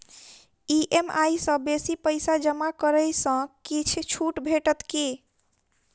EMI सँ बेसी पैसा जमा करै सँ किछ छुट भेटत की?